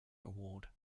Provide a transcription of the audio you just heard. award